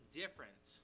different